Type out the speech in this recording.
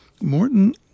Morton